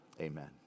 Amen